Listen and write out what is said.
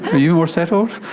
you more settled?